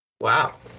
Wow